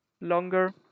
longer